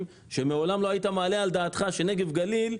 שמעולם לא היית מעלה על דעתך שנגב גליל,